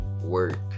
work